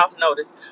notice